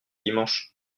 dimanche